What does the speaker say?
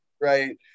Right